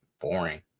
boring